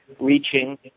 reaching